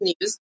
news